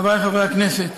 חברי חברי הכנסת,